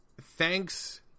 thanks